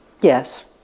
Yes